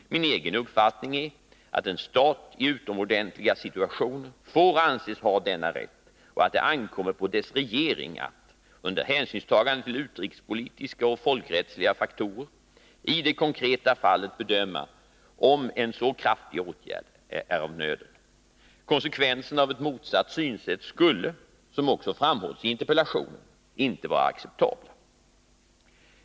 Min egen uppfattning är att en stat i utomordentliga situationer får anses ha denna rätt och att det ankommer på dess regering att, under hänsynstagande till utrikespolitiska och folkrättsliga faktorer, i det konkreta fallet bedöma om en så kraftig åtgärd är av nöden. Konsekvenserna av ett motsatt synsätt skulle, som också framhålls i interpellationen, inte vara acceptabla.